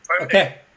Okay